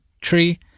tree